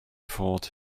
fooled